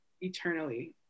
eternally